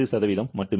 8 மட்டுமே